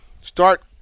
start